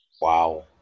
wow